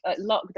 lockdown